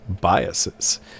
biases